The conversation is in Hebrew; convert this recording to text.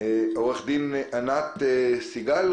עורכת דין ענת סיגל,